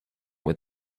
with